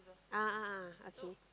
a'ah ah okay